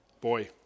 Boy